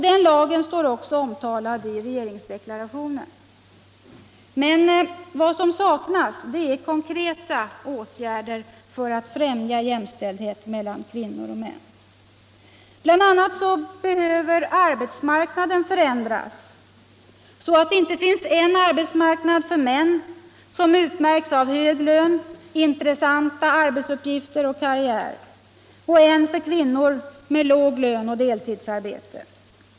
Den lagen står också omtalad i regeringsdeklarationen. Men vad som saknas är konkreta åtgärder för att främja jämställdhet mellan kvinnor och män. Arbetsmarknaden behöver bl.a. förändras så att det inte finns en arbetsmarknad för män som utmärks av hög lön, intressanta arbetsuppgifter och karriärer och en för kvinnor med låg lön och deltidsarbete.